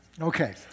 Okay